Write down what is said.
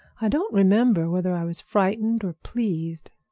i don't remember whether i was frightened or pleased.